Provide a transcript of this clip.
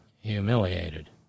humiliated